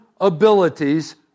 abilities